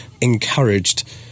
encouraged